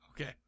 okay